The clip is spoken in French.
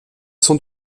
sont